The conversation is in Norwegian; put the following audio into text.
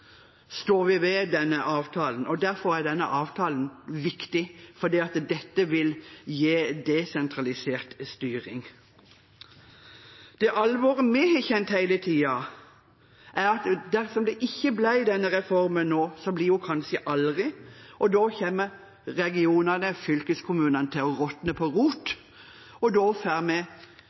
står vi ved denne avtalen, og derfor er denne avtalen viktig, for dette vil gi desentralisert styring. Det alvoret vi har kjent hele tiden, er at dersom det ikke ble en reform nå, ble det det kanskje aldri. Da kommer regionene, fylkeskommunene, til å råtne på rot, og da får vi